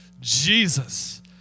Jesus